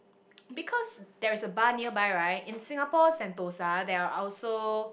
because there is a bar nearby right in Singapore Sentosa there are also